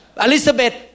Elizabeth